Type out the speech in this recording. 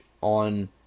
on